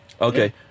okay